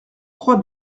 croix